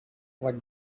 what